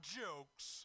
jokes